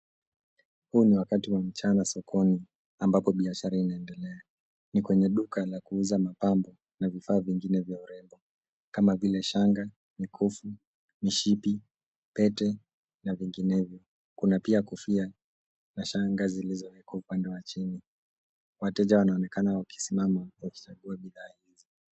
Huu ni wakati wa mchana sokoni ambapo biashara inaendelea. Ni kwenye duka la kuuza mapambo na vifaa vingine vya urembo kama vile shanga, mikufu, mishipi, pete na vinginevyo. Kuna pia kofia na shanga zilizo upande ya chini. Wateja wanaonekana wakisimama wakichagua bidhaa hizi.